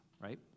right